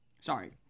Sorry